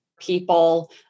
People